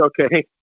Okay